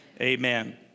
amen